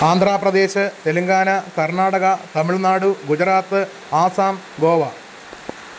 Andhra Pradesh Telangana Karnataka Tamil Nadu Gujarat Assam Goa